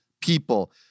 people